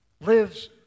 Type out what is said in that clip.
lives